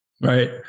right